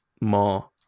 More